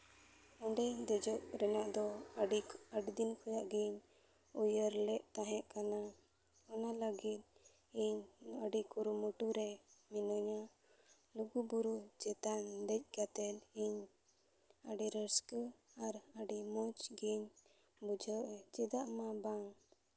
ᱚᱸᱰᱮ ᱫᱮᱡᱚᱜ ᱨᱮᱭᱟᱜ ᱫᱚ ᱟᱹᱰᱤ ᱫᱤᱱ ᱠᱷᱚᱱᱟᱜ ᱜᱤᱧ ᱩᱭᱦᱟᱹᱨ ᱞᱮᱫ ᱛᱟᱦᱮᱸ ᱠᱟᱟ ᱚᱱᱟ ᱞᱟᱹᱜᱤᱫ ᱤᱧ ᱟᱹᱰᱤ ᱠᱩᱨᱩᱢᱩᱴᱩ ᱨᱮ ᱢᱤᱱᱟᱹᱧᱟᱹ ᱞᱩᱜᱩᱼᱵᱩᱨᱩ ᱪᱮᱛᱟᱱ ᱫᱮᱡ ᱠᱟᱛᱮ ᱤᱧ ᱟᱹᱰᱤ ᱨᱟᱹᱥᱠᱟᱹ ᱟᱨ ᱟᱹᱰᱤ ᱢᱚᱡᱽ ᱜᱤᱧ ᱵᱩᱡᱷᱟᱹᱣᱟ ᱪᱮᱫᱟᱜ ᱢᱟ ᱵᱟᱝ